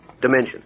dimension